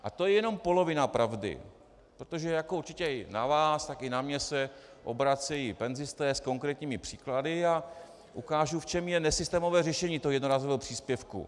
A to je jenom polovina pravdy, protože jako určitě i na vás, tak i na mě se obracejí penzisté s konkrétními příklady a ukážu, v čem je nesystémové řešení toho jednorázového příspěvku.